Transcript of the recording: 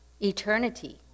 eternity